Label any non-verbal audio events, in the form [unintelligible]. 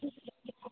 [unintelligible]